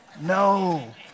No